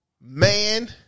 man